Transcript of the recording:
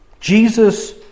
Jesus